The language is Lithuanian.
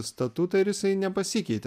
statutą ir jisai nepasikeitė